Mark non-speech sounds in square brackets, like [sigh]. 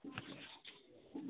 [unintelligible]